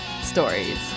stories